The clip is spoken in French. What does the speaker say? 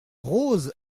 rose